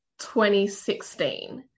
2016